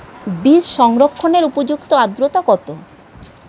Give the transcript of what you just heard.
বীজ সংরক্ষণের উপযুক্ত আদ্রতা কত?